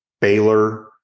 Baylor